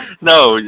No